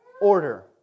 order